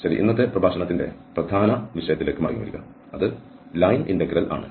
ശരി ഇന്നത്തെ പ്രഭാഷണത്തിന്റെ പ്രധാന വിഷയത്തിലേക്ക് മടങ്ങിവരിക അത് ലൈൻ ഇന്റഗ്രൽ ആണ്